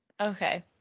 Okay